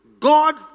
God